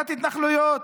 העמקת התנחלויות,